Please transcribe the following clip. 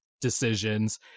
decisions